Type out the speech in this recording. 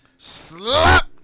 Slap